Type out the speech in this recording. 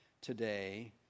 today